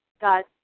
got